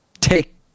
take